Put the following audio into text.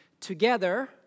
together